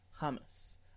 hummus